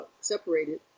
Separated